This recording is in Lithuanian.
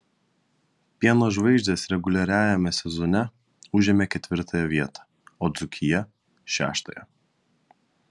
pieno žvaigždės reguliariajame sezone užėmė ketvirtąją vietą o dzūkija šeštąją